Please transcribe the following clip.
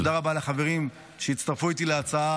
תודה רבה לחברים שהצטרפו איתי להצעה